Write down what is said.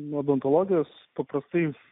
nuo odontologijos paprastais